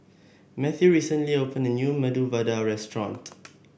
Matthew recently opened a new Medu Vada Restaurant